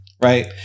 right